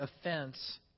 offense